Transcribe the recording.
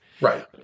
Right